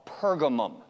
Pergamum